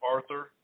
Arthur